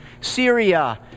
Syria